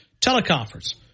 teleconference